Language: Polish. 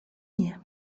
nie